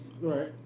Right